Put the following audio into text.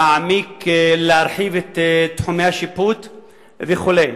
להרחיב את תחומי השיפוט וכו'.